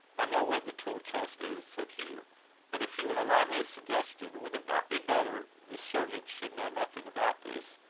i know where the tool chest is, said hugh and, if you will allow me a suggestion, would it not be better the servants should know nothing about this?